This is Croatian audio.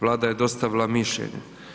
Vlada je dostavila mišljenje.